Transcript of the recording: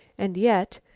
and yet,